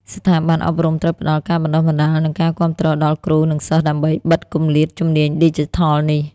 ស្ថាប័នអប់រំត្រូវផ្តល់ ការបណ្តុះបណ្តាល និងការគាំទ្រ ដល់គ្រូ និងសិស្សដើម្បីបិទគម្លាតជំនាញឌីជីថលនេះ។